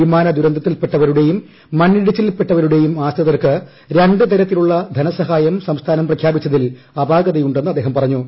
വിമാന ദുരന്തത്തിൽപ്പെട്ടവരുടെയും മണ്ണിടിച്ചിലിൽപ്പെട്ടവരുടെയും ആശ്രിതർക്ക് ധനസഹായം സംസ്ഥാനം പ്രഖ്യാപിച്ചതിൽ അപാകതയുണ്ടെന്ന് അദ്ദേഹം പറഞ്ഞു